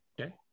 okay